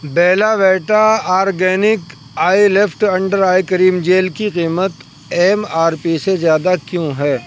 بیلا Vita organic eye lift under eye cream gel کی قیمت MRP سے زیادہ کیوں ہے